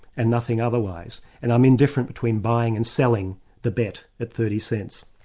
and nothing otherwise, and i'm indifferent between buying and selling the bet at thirty cents.